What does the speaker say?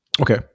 Okay